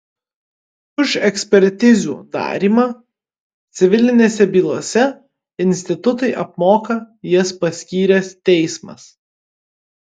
už ekspertizių darymą civilinėse bylose institutui apmoka jas paskyręs teismas